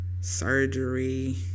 surgery